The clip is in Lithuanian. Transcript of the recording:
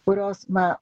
kurios na